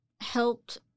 helped